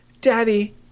daddy